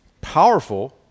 powerful